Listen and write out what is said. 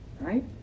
Right